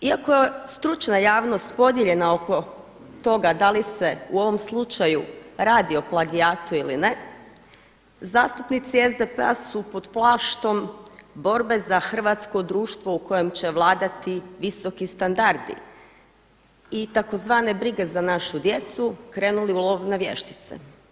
Iako je stručna javnost podijeljena oko toga da li se u ovom slučaju radi o plagijatu ili ne zastupnici SDP-a su pod plaštom borbe za hrvatsko društvo u kojem će vladati visoki standardi i tzv. brige za našu djecu krenuli u lov na vještice.